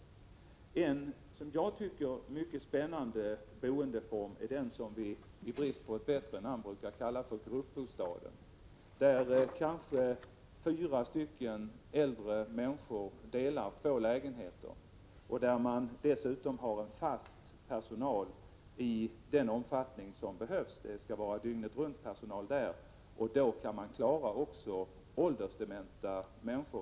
En i mitt tycke mycket spännande boendeform är den som vi i brist på ett bättre namn kallar gruppbostaden, där kanske fyra äldre människor delar två lägenheter och där man dessutom har fast personal i den omfattning som behövs. Det skall vara dygnet-runt-personal där. Då kan man också klara åldersdementa människor.